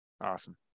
Awesome